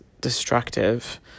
destructive